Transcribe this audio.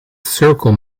circle